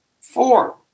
Four